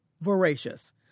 Voracious